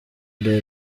day